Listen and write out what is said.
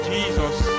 Jesus